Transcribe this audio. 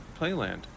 Playland